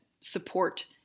support